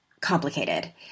complicated